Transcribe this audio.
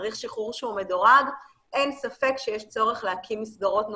צריך שחרור שהוא מדורג אין ספק שצריך להקים מסגרות נוספות.